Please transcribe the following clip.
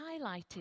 highlighted